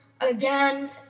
Again